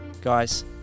Guys